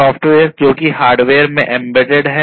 software जो कि hardware में एम्बेडेड है